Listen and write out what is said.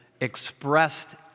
expressed